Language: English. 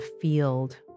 field